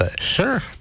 Sure